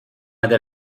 other